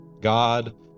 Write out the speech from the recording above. God